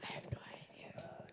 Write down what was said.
I have no idea